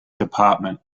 department